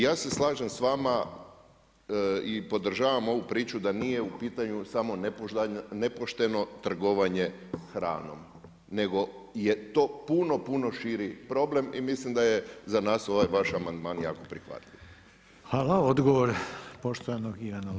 Ja se slažem s vama i podržavam ovu priču da nije u pitanju samo nepošteno trgovanje hranom nego je to puno, puno širi problem i mislim da je za nas ovaj vaš amandman jako prihvatljiv.